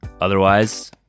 Otherwise